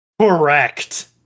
Correct